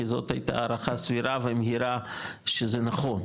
כי זאת הייתה הערכה סבירה ומהירה שזה נכון.